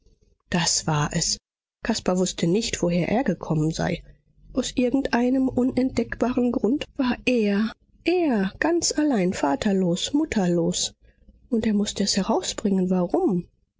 das war es caspar wußte nicht woher er gekommen sei aus irgendeinem unentdeckbaren grund war er er ganz allein vaterlos mutterlos und er mußte es herausbringen warum